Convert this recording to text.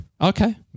Okay